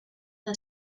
her